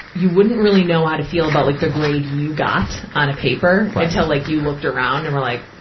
you wouldn't really know how to feel about like the grade you got on a paper, until like you looked around and were like,